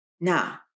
now